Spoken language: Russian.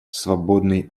свободный